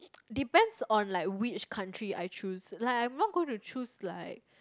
depends on like which country I choose like I'm not going to choose like